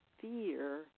fear